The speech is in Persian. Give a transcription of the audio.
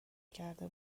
کرده